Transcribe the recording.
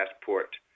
Passport